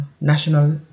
national